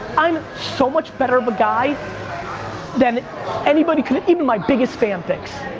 i'm so much better of a guy than anybody could, even my biggest fan thinks,